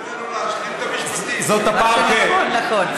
מה שנכון, נכון.